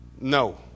no